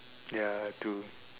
ya I have to